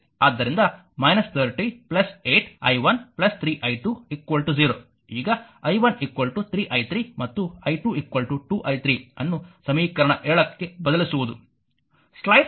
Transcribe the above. ಆದ್ದರಿಂದ 30 8 i 1 3 i2 0 ಈಗ i 1 3 i 3 ಮತ್ತು i2 2 i 3 ಅನ್ನು ಸಮೀಕರಣ 7 ಕ್ಕೆ ಬದಲಿಸುವುದು